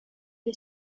est